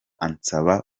ansaba